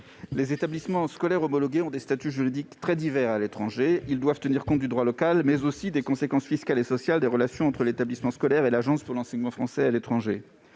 Les établissements scolaires homologués ont des statuts juridiques très divers qui doivent tenir compte du droit local, ce qui a des conséquences fiscales et sociales sur les relations entre ces établissements et l'Agence pour l'enseignement français à l'étranger.